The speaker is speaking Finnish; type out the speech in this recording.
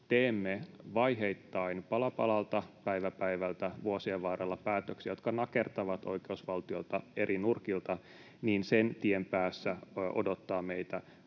teemme vaiheittain, pala palalta, päivä päivältä vuosien varrella päätöksiä, jotka nakertavat oikeusvaltiota eri nurkilta, niin sen tien päässä odottaa meitä